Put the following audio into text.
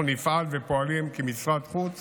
אנחנו נפעל ופועלים כמשרד החוץ